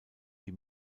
die